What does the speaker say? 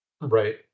right